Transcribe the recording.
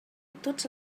tots